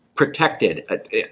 Protected